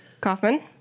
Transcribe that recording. Kaufman